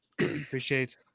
appreciate